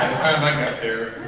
time i got there,